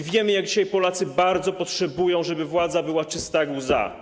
i wiemy, jak dzisiaj Polacy bardzo potrzebują, żeby władza była czysta jak łza.